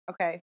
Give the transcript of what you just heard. Okay